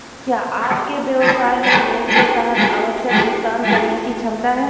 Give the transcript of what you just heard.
क्या आपके व्यवसाय में ऋण के तहत आवश्यक भुगतान करने की क्षमता है?